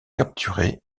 capturés